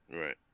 Right